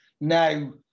now